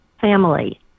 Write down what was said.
family